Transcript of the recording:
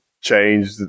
change